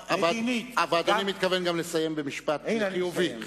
אדוני מתכוון לסיים גם במשפט חיובי.